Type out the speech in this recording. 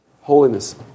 Holiness